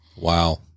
Wow